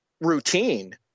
routine